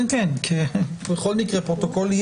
בכל מקרה יהיה פרוטוקול.